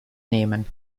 nehmen